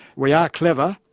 we are clever,